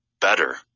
better